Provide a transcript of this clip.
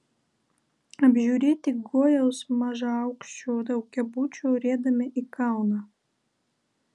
apžiūrėti gojaus mažaaukščių daugiabučių riedame į kauną